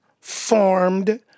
formed